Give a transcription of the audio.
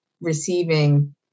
receiving